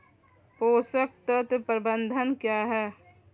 पोषक तत्व प्रबंधन क्या है?